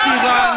הסכמי